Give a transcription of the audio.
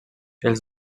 els